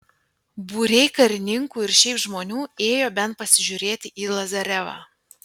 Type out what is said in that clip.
būriai karininkų ir šiaip žmonių ėjo bent pasižiūrėti į lazarevą